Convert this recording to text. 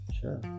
Sure